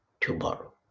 tomorrow